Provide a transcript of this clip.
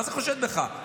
מה זה "חושד בך"?